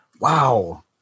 wow